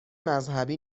مذهبی